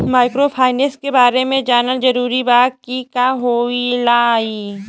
Microfinance के बारे में जानल जरूरी बा की का होला ई?